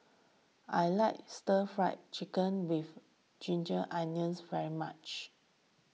I like Stir Fry Chicken with Ginger Onions very much